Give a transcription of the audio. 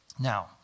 Now